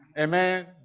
Amen